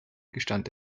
gestand